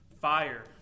fire